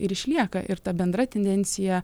ir išlieka ir ta bendra tendencija